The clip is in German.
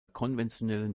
konventionellen